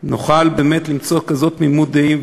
נוכל באמת למצוא כזאת תמימות דעים.